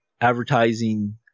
advertising